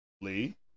Lee